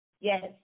Yes